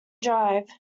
drive